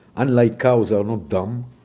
unlike cows, are not dumb.